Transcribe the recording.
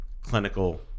clinical